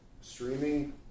streaming